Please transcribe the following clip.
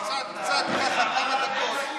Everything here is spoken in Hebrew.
ככה, כמה דקות.